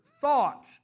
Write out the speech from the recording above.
thought